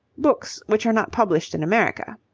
books which are not published in america.